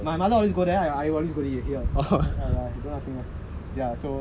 my mother always go there I always go to here !aiya! don't ask me why ya so